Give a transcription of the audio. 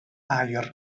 aur